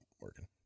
working